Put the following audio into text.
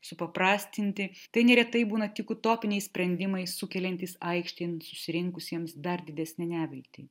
supaprastinti tai neretai būna tik utopiniai sprendimai sukeliantys aikštėn susirinkusiems dar didesnę neviltį